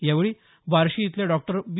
यावेळी बार्शी इथले डॉक्टर बी